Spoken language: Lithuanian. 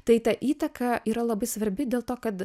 tai ta įtaka yra labai svarbi dėl to kad